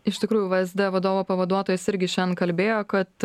iš tikrųjų vsd vadovo pavaduotojas irgi šian kalbėjo kad